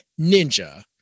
ninja